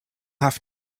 have